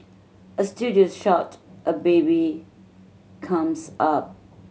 a studio shot a baby comes up